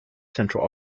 central